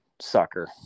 sucker